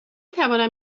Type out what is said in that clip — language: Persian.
توانم